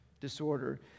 disorder